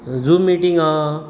zoom meeting आहा